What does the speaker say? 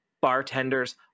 bartenders